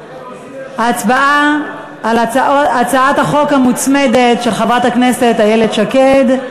הצבעה על הצעת החוק המוצמדת של חברת הכנסת איילת שקד,